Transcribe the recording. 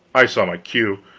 i saw my cue.